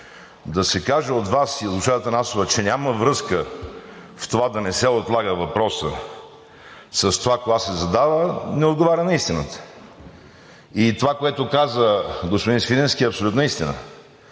да се каже от Вас и от госпожа Атанасова, че няма връзка с това да не се отлага въпросът с това кога се задава, не отговаря на истината. Това, което каза господин Свиленски, е абсолютна истина